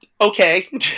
okay